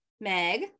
Meg